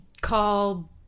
call